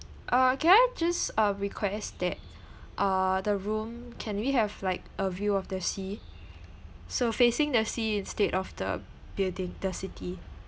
uh can I just uh request that uh the room can we have like a view of the sea so facing the sea instead of the building the city